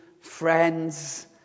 friends